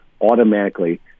automatically